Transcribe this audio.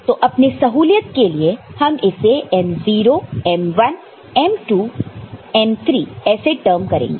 तो अपने सहूलियत के लिए हम इसे m0 m1 m2 m3 ऐसे टर्म करेंगे